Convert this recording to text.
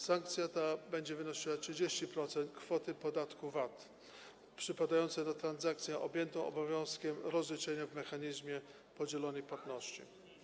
Sankcja ta będzie wynosiła 30% kwoty podatku VAT przypadającej na transakcję objętą obowiązkiem rozliczenia z zastosowaniem w mechanizmu podzielonej płatności.